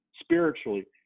spiritually